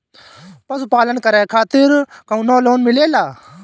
पशु पालन करे खातिर काउनो लोन मिलेला?